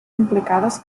implicades